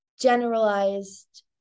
generalized